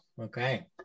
Okay